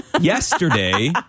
yesterday